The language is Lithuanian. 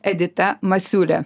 edita masiule